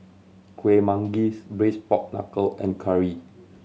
Kueh Manggis Braised Pork Knuckle and curry